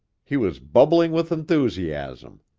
he was bubbling with enthusiasm.